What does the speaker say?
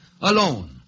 alone